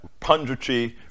punditry